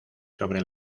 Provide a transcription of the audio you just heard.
sobre